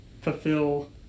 fulfill